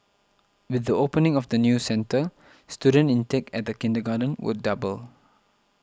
with the opening of the new centre student intake at the kindergarten will double